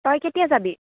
তই কেতিয়া যাবি